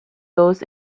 goes